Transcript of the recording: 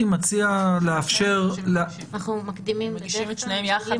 אנחנו מקדימים את זה.